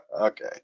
Okay